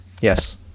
Yes